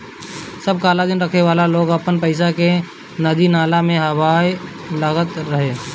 सब कालाधन रखे वाला लोग अपनी पईसा के नदी नाला में बहावे लागल रहे